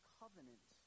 covenant